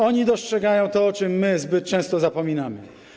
Oni dostrzegają to, o czym my zbyt często zapominamy.